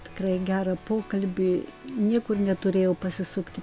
tikrai gerą pokalbį niekur neturėjau pasisukti